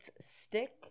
stick